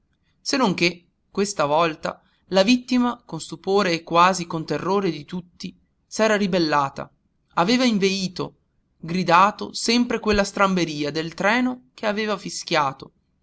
se non che questa volta la vittima con stupore e quasi con terrore di tutti s'era ribellata aveva inveito gridando sempre quella stramberia del treno che aveva fischiato